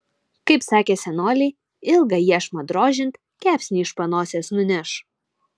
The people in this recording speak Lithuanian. kaip sakė senoliai ilgą iešmą drožiant kepsnį iš panosės nuneš